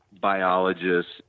biologists